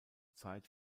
zeit